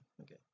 Okay